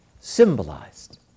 symbolized